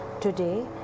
Today